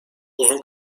uzun